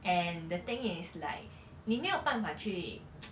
and the thing is like 你没有办法去